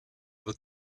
wird